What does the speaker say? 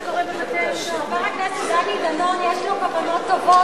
לחבר הכנסת דני דנון יש כוונות טובות,